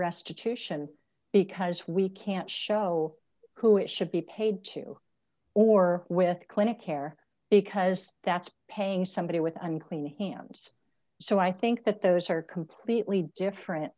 restitution because we can't show who it should be paid to or with clinic care because that's paying somebody with unclean hands so i think that those are completely different